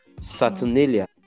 Saturnalia